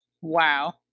Wow